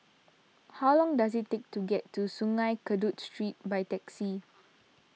how long does it take to get to Sungei Kadu Street by taxi